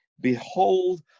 behold